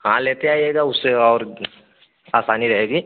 हाँ लेते आइएगा उससे और आसानी रहेगी